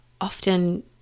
often